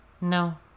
No